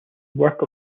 work